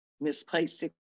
misplaced